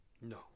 No